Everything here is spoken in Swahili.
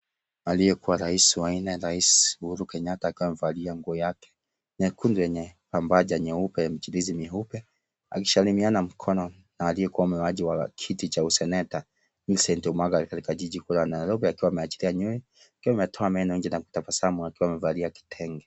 Aliyekua rais wa nne rais Uhuru Kenyatta akiwa amevalia nguo yake nyekundu yenye pambaja nyeupe yenye michirizi mieupe akisalimiana mkono na aliyekuwa muaniaji wa kiti cha useneta Millicent Omagari katika jiji kuu la Nairobi akiwa ameachilia nywele, akiwa ametoa meno nje na kutabasamu akiwa amevalia kitenge.